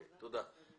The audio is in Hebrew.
תודה.